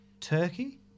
turkey